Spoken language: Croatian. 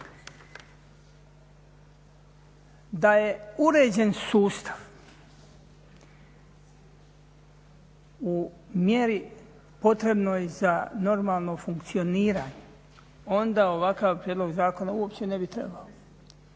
Da je uređen sustav u mjeri potrebnoj za normalno funkcioniranje onda ovakav prijedlog zakona uopće ne bi trebao.